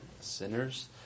sinners